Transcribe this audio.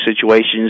situations